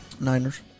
Niners